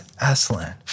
Aslan